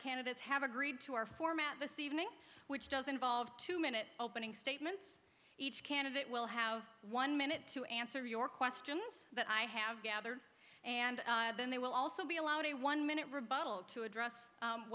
candidates have agreed to our format this evening which does involve two minute opening statements each candidate will have one minute to answer your questions that i have gathered and then they will also be allowed a one minute rebuttal to address